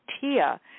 Tia